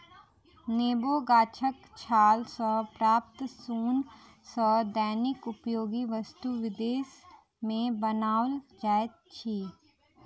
नेबो गाछक छाल सॅ प्राप्त सोन सॅ दैनिक उपयोगी वस्तु विदेश मे बनाओल जाइत अछि